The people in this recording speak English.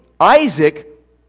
Isaac